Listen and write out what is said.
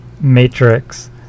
matrix